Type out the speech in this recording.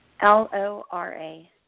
L-O-R-A